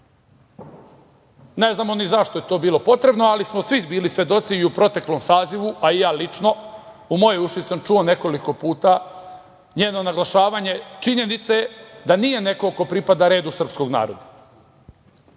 Ne znamo ni zašto je to bilo potrebno, ali smo svi bili svedoci i u proteklom sazivu, a i ja lično. U moje uši sam čuo nekoliko puta njeno naglašavanje činjenice da nije neko ko pripada redu srpskog naroda.